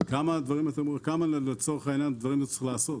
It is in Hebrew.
כמה לצורך העניין דברים הם צריכים לעשות?